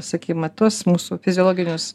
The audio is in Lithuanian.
sakei matuos mūsų fiziologinius